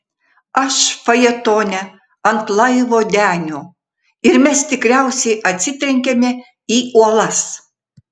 aš fajetone ant laivo denio ir mes tikriausiai atsitrenkėme į uolas